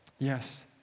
Yes